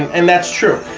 and that's true,